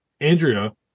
Andrea